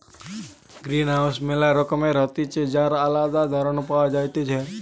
greenhouse ম্যালা রকমের হতিছে যার আলদা ধরণ পাওয়া যাইতেছে